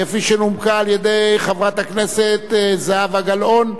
כפי שנומקה על-ידי חברת הכנסת זהבה גלאון,